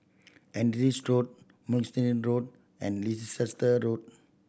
Road Mugliston Road and Leicester Road